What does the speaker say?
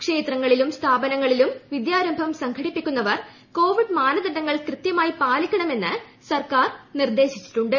ക്ഷേത്രങ്ങളിലും സ്ഥാപനങ്ങളിലും വിദ്യാര്യിട്ടം സംഘടിപ്പിക്കുന്നവർ കോവിഡ് മാനദണ്ഡങ്ങൾ കൃത്യമായി പാലിക്കണമെന്ന് സർക്കാർ നിർദേശിച്ചിട്ടുണ്ട്